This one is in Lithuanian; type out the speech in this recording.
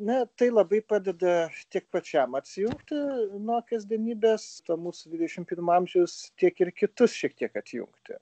na tai labai padeda tiek pačiam atsijungti nuo kasdienybės to mūsų dvidešimt pirmo amžius tiek ir kitus šiek tiek atjungti